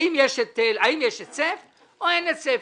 האם יש היצף או אין היצף,